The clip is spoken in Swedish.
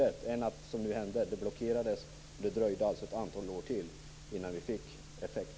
Det hade varit bättre än att, som hände, förslaget blockerades. Det dröjde alltså ett antal år till innan vi kunde se någon effekt.